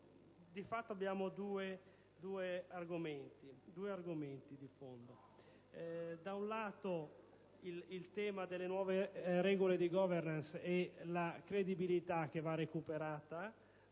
abbiamo due argomenti di fondo: da un lato, il tema delle nuove regole di *governance* e la credibilità che va recuperata